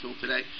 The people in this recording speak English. today